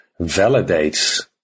validates